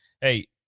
Hey